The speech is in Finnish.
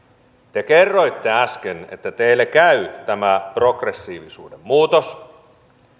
te kerroitte äsken että teille käy tämä progressiivisuuden muutos ja